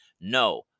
No